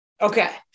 Okay